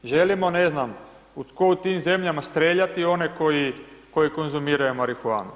Želimo, ne znam, kao u tim zemljama, streljati one koji konzumiraju marihuanu?